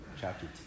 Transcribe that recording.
chapter